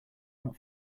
not